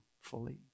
fully